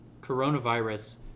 coronavirus